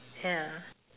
ya